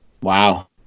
Wow